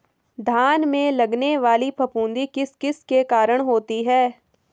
धान में लगने वाली फफूंदी किस किस के कारण होती है?